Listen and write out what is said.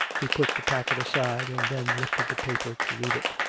he put the packet aside, and then lifted the paper to read it.